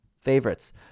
favorites